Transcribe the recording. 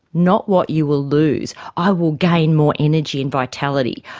not what you will lose. i will gain more energy and vitality,